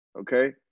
Okay